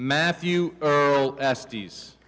matthew estes